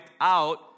out